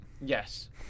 Yes